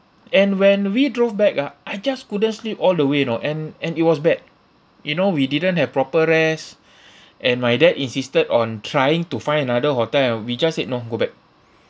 and when we drove back ah I just couldn't sleep all the way you know and and it was bad you know we didn't have proper rest and my dad insisted on trying to find another hotel we just said no go back